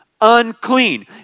unclean